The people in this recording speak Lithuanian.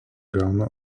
gauna